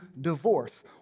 divorce